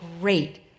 great